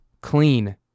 clean